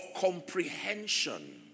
comprehension